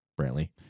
Brantley